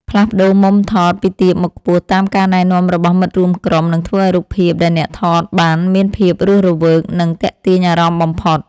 ផ្លាស់ប្តូរមុំថតពីទាបមកខ្ពស់តាមការណែនាំរបស់មិត្តរួមក្រុមនឹងធ្វើឱ្យរូបភាពដែលអ្នកថតបានមានភាពរស់រវើក និង ទាក់ទាញអារម្មណ៍បំផុត។